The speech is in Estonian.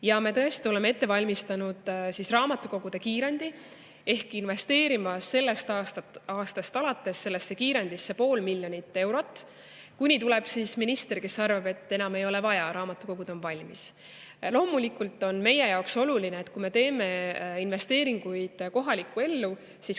tõesti oleme ette valmistanud "Raamatukogude kiirendi" ehk investeerime sellest aastast alates sellesse kiirendisse pool miljonit eurot, kuni tuleb minister, kes arvab, et enam ei ole vaja, raamatukogud on valmis. Loomulikult on meie jaoks oluline, et kui me teeme investeeringuid kohalikku ellu, siis